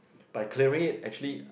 by clearing it actually